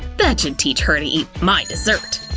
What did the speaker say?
that should teach her to eat my dessert!